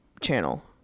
channel